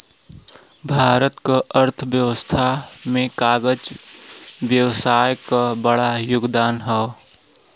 भारत क अर्थव्यवस्था में कागज व्यवसाय क बड़ा योगदान हौ